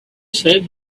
said